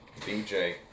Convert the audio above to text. BJ